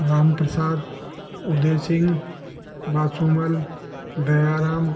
Ramprasad Udaysingh Vasumal Dayaram